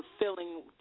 fulfilling